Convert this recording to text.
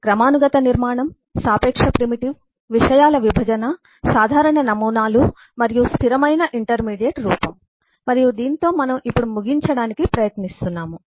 క్రమానుగత నిర్మాణం సాపేక్ష ప్రిమిటివ్ విషయాల విభజన సాధారణ నమూనాలు మరియు స్థిరమైన ఇంటర్మీడియట్ రూపం మరియు దానితో మనం ఇప్పుడు ముగించడానికి ప్రయత్నిస్తున్నాము